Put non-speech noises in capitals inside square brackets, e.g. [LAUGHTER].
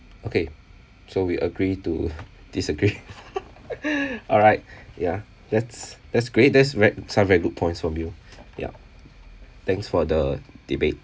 okay so we agree to disagree [LAUGHS] alright yeah that's that's great that's ve~ some very good points from you [BREATH] ya thanks for the debate